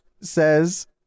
says